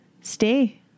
stay